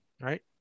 right